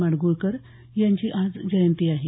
माडगूळकर यांची आज जयंती आहे